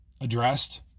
addressed